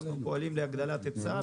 אנחנו פועלים להגדלת היצע,